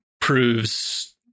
proves